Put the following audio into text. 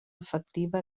efectiva